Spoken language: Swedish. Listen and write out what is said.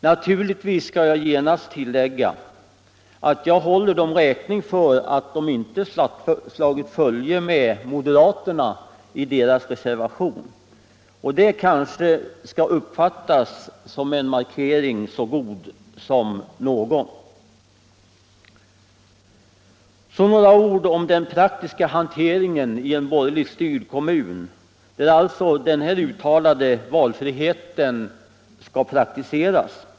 Naturligtvis skall jag genast tillägga att jag håller dem räkning för att de inte slagit följe med moderaterna i deras reservation, och det kanske skall uppfattas som en markering så god som någon. Så några ord om den praktiska hanteringen i en borgerligt styrd kommun, där alltså den här hävdade valfriheten skall praktiseras.